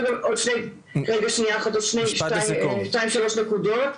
שנייה אחת, עוד שתיים שלוש נקודות.